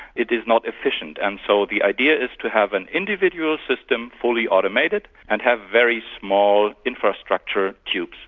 it is not efficient. and so the idea is to have an individual system, fully automated, and have very small infrastructure tubes.